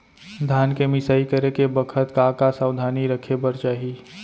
धान के मिसाई करे के बखत का का सावधानी रखें बर चाही?